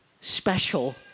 special